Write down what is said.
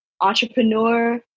entrepreneur